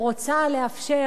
או רוצה לאפשר,